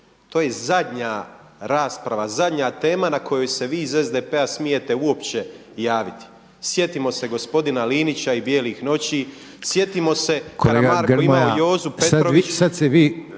To je zadnja rasprava, zadnja tema na kojoj se vi iz SDP-a smijete uopće javiti. Sjetimo se gospodina Linića i bijelih noći, sjetimo se Karamarko je imao